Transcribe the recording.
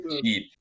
cheap